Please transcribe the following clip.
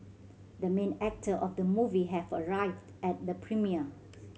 the main actor of the movie have arrived at the premiere